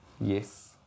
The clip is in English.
Yes